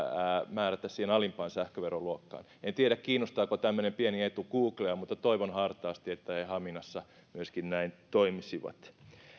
määrätä siihen alimpaan sähköveroluokkaan en tiedä kiinnostaako tämmöinen pieni etu googlea mutta toivon hartaasti että he haminassa näin myöskin toimisivat